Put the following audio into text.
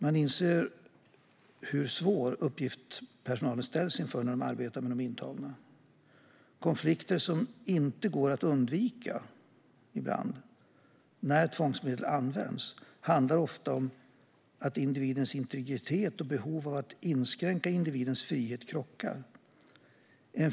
Man inser vilken svår uppgift personalen ställs inför när de arbetar med de intagna. Konflikter går inte alltid att undvika när tvångsmedel används och handlar ofta om att individens integritet och behovet av att inskränka individens frihet krockar.